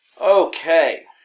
Okay